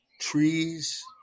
Trees